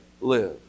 live